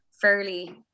fairly